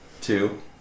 two